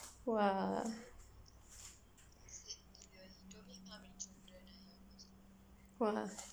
!wah! !wah!